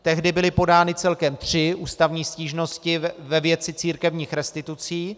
Tehdy byly podány celkem tři ústavní stížnosti ve věci církevních restitucí.